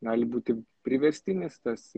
gali būti priverstinis tas